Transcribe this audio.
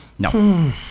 No